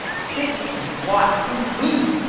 saved you from what? from whom?